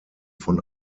von